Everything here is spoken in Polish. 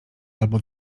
albo